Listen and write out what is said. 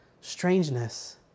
strangeness